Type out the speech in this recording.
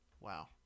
Wow